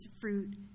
fruit